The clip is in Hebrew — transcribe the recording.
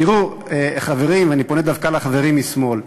תראו, חברים, אני פונה דווקא לחברים משמאל: